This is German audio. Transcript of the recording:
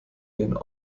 den